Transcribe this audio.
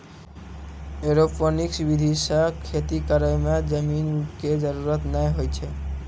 aeroponics विधि सॅ खेती करै मॅ जमीन के जरूरत नाय होय छै